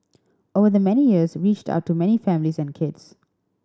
over the many years reached out to many families and kids